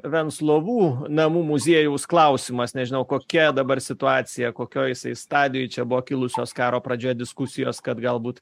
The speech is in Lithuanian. venclovų namų muziejaus klausimas nežinau kokia dabar situacija kokioj jisai stadijoj čia buvo kilusios karo pradžioje diskusijos kad galbūt